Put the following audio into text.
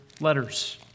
letters